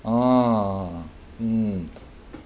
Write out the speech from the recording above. ah mm